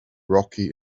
rocky